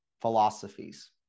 philosophies